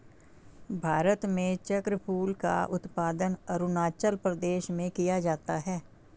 भारत में चक्रफूल का उत्पादन अरूणाचल प्रदेश में किया जाता है